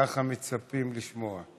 ככה מצפים לשמוע.